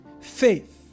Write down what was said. Faith